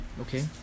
Okay